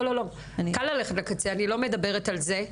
אני לא מדברת על זה.